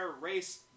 race